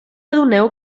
adoneu